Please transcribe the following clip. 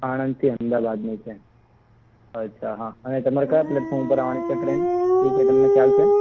આણંદથી અમદાવાદની છે અચ્છા હા અને તમારે કયા પ્લેટફોમ ઉપર આવવાની છે ટ્રેન એ કંઇ તમને ખ્યાલ છે